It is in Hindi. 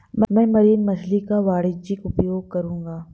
मैं मरीन मछली का वाणिज्यिक उपयोग करूंगा